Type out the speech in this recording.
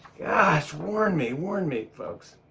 gosh! warn me. warn me, folks.